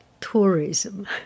tourism